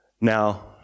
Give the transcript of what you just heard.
Now